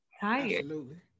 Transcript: Tired